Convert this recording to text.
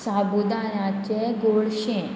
साबुदानाचें गोडशें